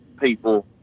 people